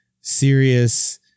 serious